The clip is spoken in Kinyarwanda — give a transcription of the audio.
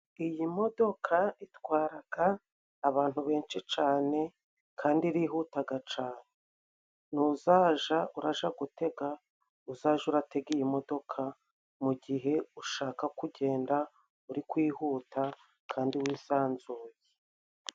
Iyi modoka itwaraga abantu benshi cane kandi irihutaga cane nuzaja uraja gutega uzaje uratega iyi modoka mu gihe ushaka kugenda urikwihuta kandi wisanzuye.